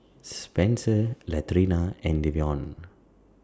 Spenser Latrina and Davion